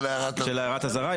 כמו של הערת האזהרה.